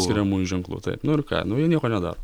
skiriamųjų ženklų taip nu ir ką nu jie nieko nedaro